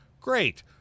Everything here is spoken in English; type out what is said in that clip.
Great